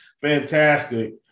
fantastic